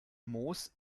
moos